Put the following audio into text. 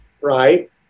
Right